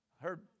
Heard